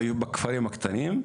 בכפרים הקטנים,